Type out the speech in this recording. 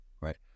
right